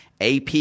AP